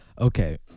Okay